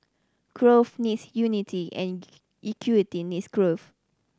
growth needs unity and equity needs growth